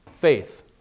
faith